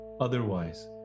otherwise